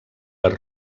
les